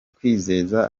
kwizeza